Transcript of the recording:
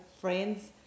friends